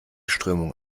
strömung